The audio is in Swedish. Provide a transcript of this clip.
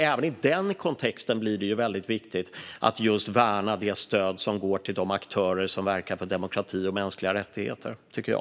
Även i den kontexten blir det alltså väldigt viktigt att just värna det stöd som går till de aktörer som verkar för demokrati och mänskliga rättigheter, tycker jag.